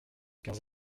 quinze